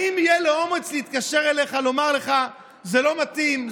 האם יהיה לו אומץ להתקשר אליך ולומר לך: זה לא מתאים,